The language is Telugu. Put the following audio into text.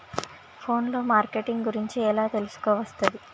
ఫోన్ లో మార్కెటింగ్ గురించి ఎలా తెలుసుకోవస్తది?